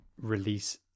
release